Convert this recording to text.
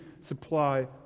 supply